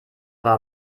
war